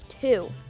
two